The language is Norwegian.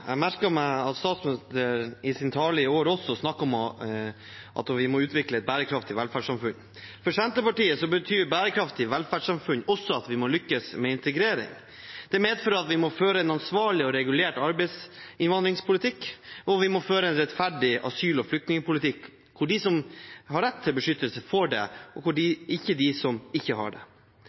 Jeg merket meg at statsministeren i sin tale i år også snakket om at vi må utvikle et bærekraftig velferdssamfunn. For Senterpartiet betyr «bærekraftig velferdssamfunn» også at vi må lykkes med integrering. Det medfører at vi må føre en ansvarlig og regulert arbeidsinnvandringspolitikk og en rettferdig asyl- og flyktningpolitikk, der de som har rett til beskyttelse, får det, og ikke de som ikke har det.